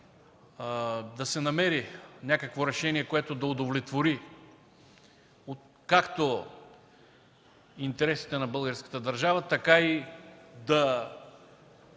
да се намери някакво решение, което да удовлетвори както интересите на българската държава, така и да